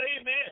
amen